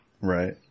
Right